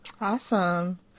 Awesome